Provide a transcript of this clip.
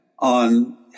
On